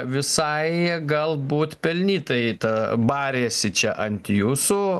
visai galbūt pelnytai ta barėsi čia ant jūsų